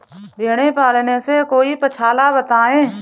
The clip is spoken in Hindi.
भेड़े पालने से कोई पक्षाला बताएं?